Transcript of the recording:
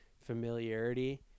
familiarity